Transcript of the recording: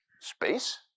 space